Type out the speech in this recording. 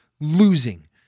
losing